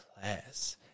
class